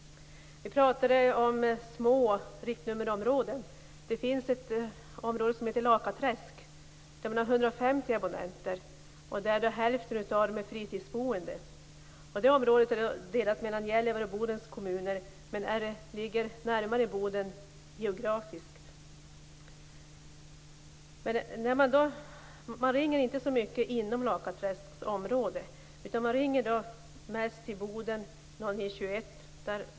Vi pratade om små riktnummerområden. Det finns ett område som heter Lakaträsk där man har 150 abonnenter. Hälften av dem är fritidsboende. Det området är delat mellan Gällivare kommun och Bodens kommun, men det ligger närmare Boden geografiskt. Man ringer inte så mycket inom Lakaträsksområdet, utan man ringer mest till Boden, riktnummer 0921.